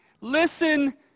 Listen